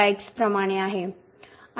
तर मुळात हे प्रमाणे आहे